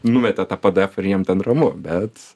numetė tą pdefą ir jiem ten ramu bet